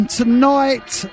tonight